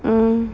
mm